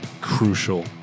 crucial